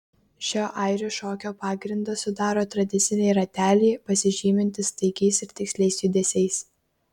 šio airių šokio pagrindą sudaro tradiciniai rateliai pasižymintys staigiais ir tiksliais judesiais